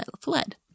fled